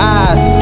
eyes